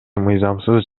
мыйзамсыз